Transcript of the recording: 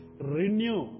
renew